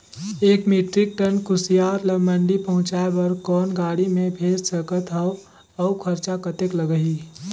एक metric ton कुसियार ल मंडी पहुंचाय बर कौन गाड़ी मे भेज सकत हव अउ खरचा कतेक लगही?